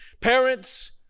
parents